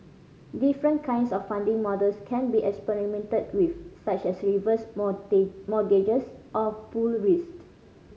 different kinds of funding models can be experimented with such as reverse mortgages or pooled risk